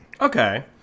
Okay